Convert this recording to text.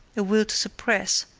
a will to suppress,